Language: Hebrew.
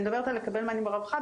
אני מדברת על לקבל מענים ברווחה,